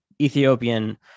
Ethiopian